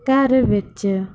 ਘਰ ਵਿੱਚ